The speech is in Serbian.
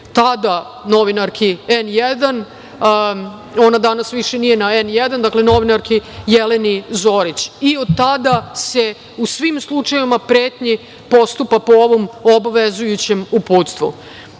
tada novinarki N1, onda danas više nije na N1, novinarki Jeleni Zorić. Od tada se u svim slučajevima pretnji postupa po ovom obavezujućem uputstvu. Takođe,